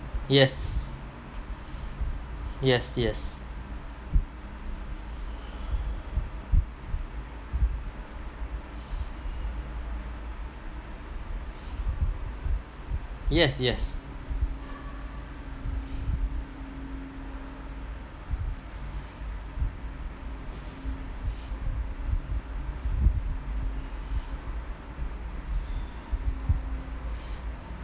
yes yes yes yes yes